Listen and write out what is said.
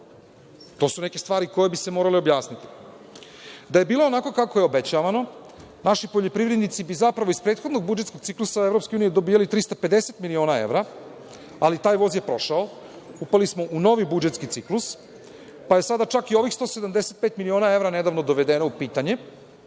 To su neke stvari koje bi se morale objasniti. Da je bilo onako kako je obećavano, naši poljoprivrednici bi zapravo iz prethodnog budžetskog ciklusa od EU dobijali 350 miliona evra, ali taj voz je prošao, upali smo u novi budžetski ciklus, pa je sada čak i ovih 175 miliona evra nedavno dovedeno u pitanje,